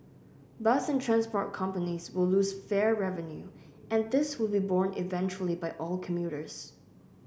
bus and transport companies will lose fare revenue and this will be borne eventually by all commuters